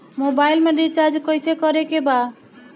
Mobile में recharge कइसे करे के बा?